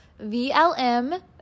VLM